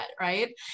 Right